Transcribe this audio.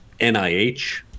NIH